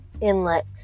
Inlet